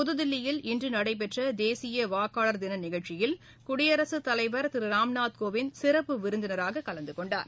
புதுதில்லியில் இன்று நடைபெற்ற வாக்காளர் தின நிகழ்ச்சியில் குடியரசுத் தலைவர் திரு ராம்நாத் கோவிந்த் சிறப்பு விருந்தினராக கலந்துகொண்டார்